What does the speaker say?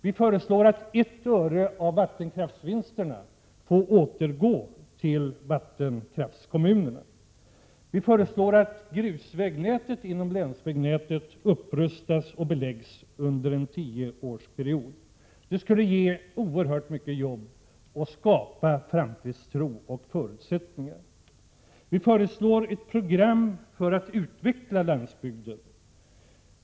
Vi föreslår att 1 öre av vattenkraftsvinsterna får återgå till vattenkraftskommunerna. Vi föreslår att grusvägnätet inom länsvägnätet upprustas och beläggs under en tioårsperiod. Det skulle ge många många jobb och framför allt skapa framtidstro och ge framtidsförutsättningar. Vi föreslår ett program för att utveckla landsbygden.